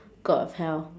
god of hell